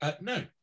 No